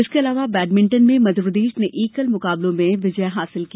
इसके अलावा बैडमिंटन में मध्यप्रदेश ने एकल मुकाबलों में विजय हासिल की